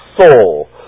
soul